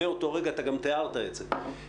מאותו רגע, אתה גם תיארת את זה.